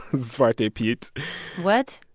zwarte piet what.